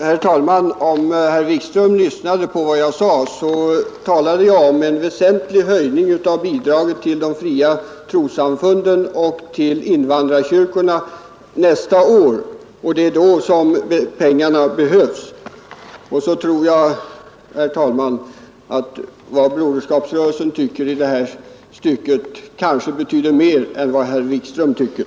Herr talman! Om herr Wikström lyssnade på vad jag sade, borde han ha hört att jag talade om en väsentlig höjning av bidraget till de fria trossamfunden och till invandrarkyrkorna nästa år. Det är då som pengarna behövs. Sedan tror jag, herr talman, att vad broderskapsrörelsen tycker i detta stycke kanske betyder mer än vad herr Wikström tycker.